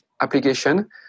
application